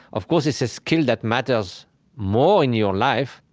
of course, it's a skill that matters more in your life.